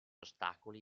ostacoli